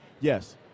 yes